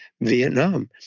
Vietnam